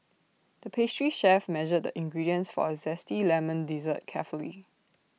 the pastry chef measured the ingredients for A Zesty Lemon Dessert carefully